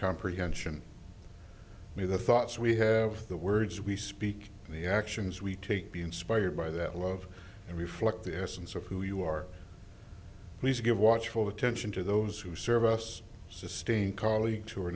comprehension me the thoughts we have the words we speak the actions we take be inspired by that love and reflect the essence of who you are please give watchful attention to those who serve us sustain colleagues who are